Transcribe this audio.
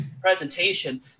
Presentation